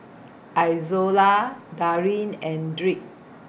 Izola Darleen and Dirk